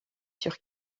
sur